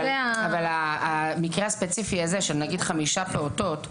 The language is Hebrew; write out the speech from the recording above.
אבל המקרה הספציפי הזה של נגיד חמישה פעוטות,